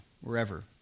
wherever